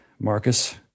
Marcus